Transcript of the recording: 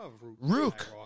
Rook